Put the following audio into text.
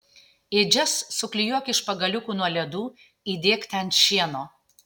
ėdžias suklijuok iš pagaliukų nuo ledų įdėk ten šieno